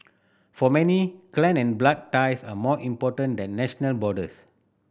for many clan and blood ties are more important than national borders